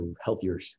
healthier